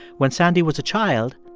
when sandy was a child,